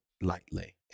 lightly